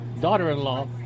daughter-in-law